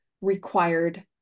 required